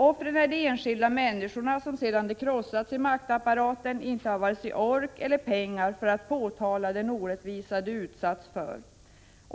Offren är de enskilda människorna, som sedan de krossats i maktapparaten inte har vare sig ork eller pengar för att påtala den orättvisa de utsatts för.